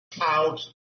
out